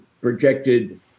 projected